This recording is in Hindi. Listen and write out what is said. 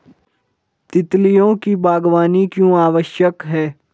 तितलियों की बागवानी क्यों आवश्यक है?